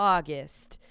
August